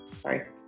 sorry